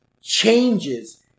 changes